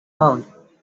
mound